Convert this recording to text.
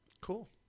Cool